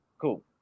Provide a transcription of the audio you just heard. cool